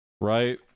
right